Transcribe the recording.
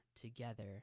together